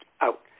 out